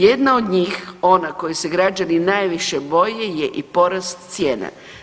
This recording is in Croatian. Jedna od njih, ona koje se građani najviše boje je i porast cijena.